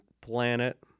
planet